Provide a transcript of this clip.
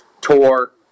tour